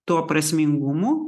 tuo prasmingumu